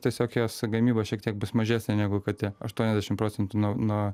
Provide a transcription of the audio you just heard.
tiesiog jos gamyba šiek tiek bus mažesnė negu kad tie aštuoniasdešim procentų nuo nuo